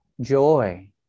joy